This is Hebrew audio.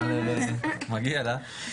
אבל מגיע לך.